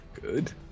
good